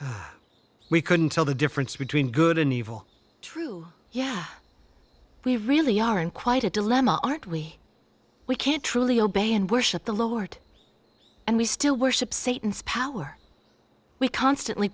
we couldn't tell the difference between good and evil true yeah we really are in quite a dilemma aren't we we can't truly obey and worship the lord and we still worship satan speller we constantly